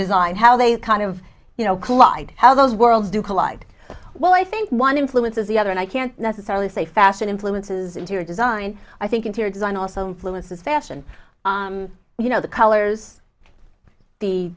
design how they kind of you know collide how those worlds do collide well i think one influences the other and i can't necessarily say fashion influences interior design i think interior design also influences fashion you know the colors the